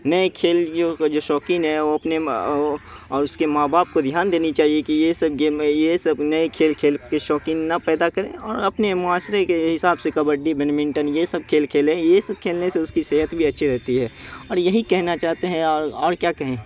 نئے کھیل جو جو شوقین ہیں وہ اپنے اور اس کے ماں باپ کو دھیان دینی چاہیے کہ یہ سب گیم یہ سب نئے کھیل کھیل کے شوقین نہ پیدا کریں اور اپنے معاشرے کے حساب سے کبڈّی بیڈمنٹن یہ سب کھیل کھیلیں یہ سب کھیلنے سے اس کی صحت بھی اچّھی رہتی ہے اور یہی کہنا چاہتے ہیں اور کیا کہیں